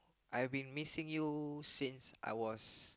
I've been missing you since I was